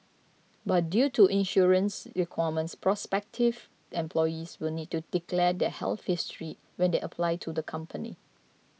but due to insurance requirements prospective employees will need to declare their health history when they apply to the company